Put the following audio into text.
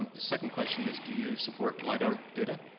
the second question is do you support lidar data?